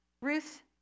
Ruth